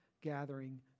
gathering